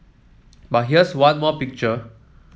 but here's one more picture